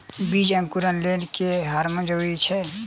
बीज अंकुरण लेल केँ हार्मोन जरूरी छै?